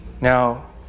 Now